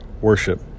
worship